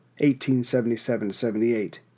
1877-78